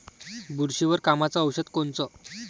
बुरशीवर कामाचं औषध कोनचं?